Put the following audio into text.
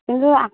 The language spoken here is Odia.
କିନ୍ତୁ